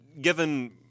given